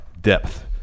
depth